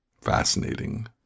Fascinating